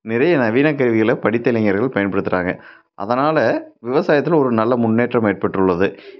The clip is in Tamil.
நிறைய நவீன கருவிகளை படித்த இளைஞர்கள் பயன்படுத்துகிறாங்க அதனால் விவசாயத்தில் ஒரு நல்ல முன்னேற்றம் ஏற்பட்டுள்ளது